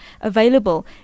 available